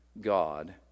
God